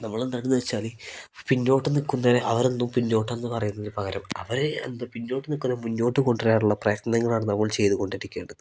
നമ്മളെന്താെണെന്ന് വെച്ചാൽ പിന്നോട്ട് നിൽക്കുന്നരെ അവരെന്നും പിന്നോട്ടെന്ന് പറയുന്നതിന് പകരം അവരെ എന്താ പിന്നോട്ട് നിൽക്കുന്ന മുന്നോട്ട് കൊണ്ടുവരാനുള്ള പ്രയത്നങ്ങളാണ് നമ്മൾ ചെയ്ത് കൊണ്ടിരിക്കേണ്ടത്